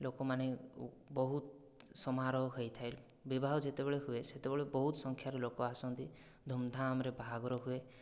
ଲୋକମାନେ ବହୁତ ସମାରୋହ ହୋଇଥାଏ ବିବାହ ଯେତେବେଳେ ହୁଏ ସେତେବେଳେ ବହୁତ ସଂଖ୍ୟାର ଲୋକ ଆସନ୍ତି ଧୂମଧାମରେ ବାହାଘର ହୁଏ